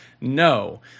no